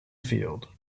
field